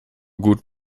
gut